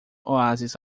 oásis